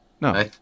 No